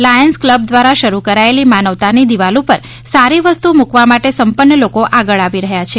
Lions club દ્વારા શરૂ કરાયેલી માનવતાની દિવાલ ઉપર સારી વસ્તુ મૂકવા માટે સંપન્ન લોકો આગળ આવી રહ્યા છે